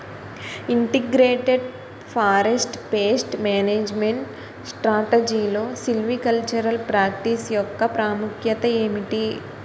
Integrated forest pest management స్ట్రాటజీలో silvicultural practice యెక్క ప్రాముఖ్యత ఏమిటి??